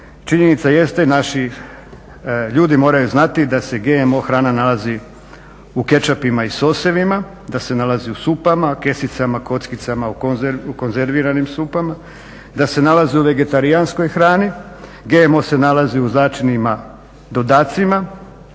činjenica jeste naši ljudi moraju znati da se GMO hrana nalazi u ketchupima i sosevima, da se nalazi u supama, kesicama, kockicama, u konzerviranim supama, da se nalazi u vegetarijanskoj hrani. GMO se nalazi u začinima, dodacima,